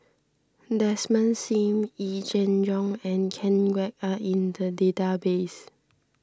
Desmond Sim Yee Jenn Jong and Ken Kwek are in the database